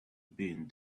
been